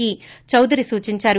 ఈ చౌదరి సూచించారు